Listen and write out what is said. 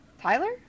Tyler